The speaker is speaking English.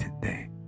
today